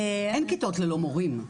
אין כיתות ללא מורים,